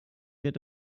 yet